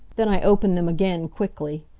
then i opened them again, quickly.